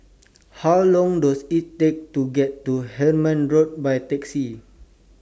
How Long Does IT Take to get to Hemmant Road By Taxi